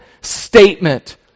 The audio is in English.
statement